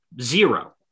zero